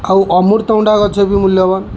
ଆଉ ଅମୃତଉଣ୍ଡା ଗଛ ବି ମୂଲ୍ୟବାନ୍